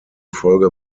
folge